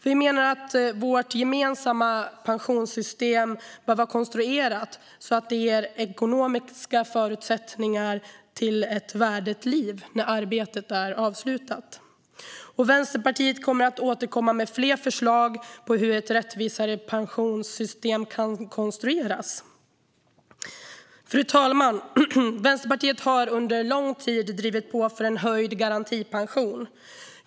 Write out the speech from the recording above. Vi menar att vårt gemensamma pensionssystem bör vara konstruerat så att det ger ekonomiska förutsättningar för ett värdigt liv när arbetslivet är avslutat. Vänsterpartiet kommer att återkomma med fler förslag på hur ett rättvisare pensionssystem kan konstrueras. Fru talman! Vänsterpartiet har under lång tid drivit på för en höjd garantipension.